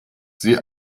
sie